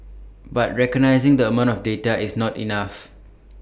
but recognising the amount of data is not enough